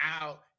out